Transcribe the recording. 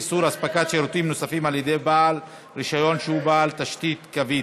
איסור הספקת שירותים נוספים על-ידי בעל רישיון שהוא בעל תשתית קווית),